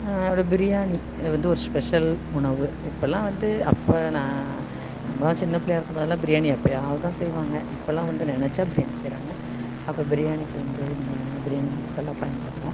அப்புறம் பிரியாணி வந்து ஒரு ஸ்பெஷல் உணவு இப்போல்லாம் வந்து அப்போ நான் நம்மலாம் சின்ன பிள்ளையா இருக்கும் போதெல்லாம் பிரியாணி எப்போயாவுது தான் செய்வாங்க இப்போல்லாம் வந்து நினச்சா பிரியாணி செய்கிறாங்க அப்போ பிரியாணிக்கி வந்து நம்ம என்னென்ன பிரியாணி மசாலா பயன்படுத்துகிறோம்